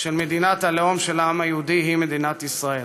של מדינת הלאום של העם היהודי, היא מדינת ישראל.